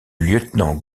lieutenant